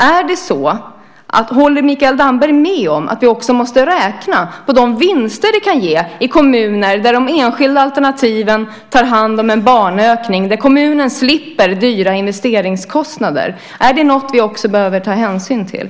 Jag vill fråga Mikael Damberg om han håller med om att vi även måste räkna på de vinster som kan bli i kommuner där de enskilda alternativen tar hand om en barnökning och kommunen därmed slipper dyra investeringskostnader. Är det något som vi också behöver ta hänsyn till?